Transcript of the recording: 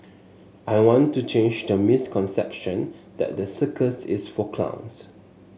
I want to change the misconception that the circus is for clowns